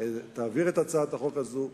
תעביר את הצעת החוק הזאת,